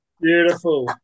Beautiful